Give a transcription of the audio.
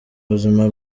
buzima